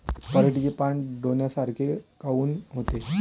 पराटीचे पानं डोन्यासारखे काऊन होते?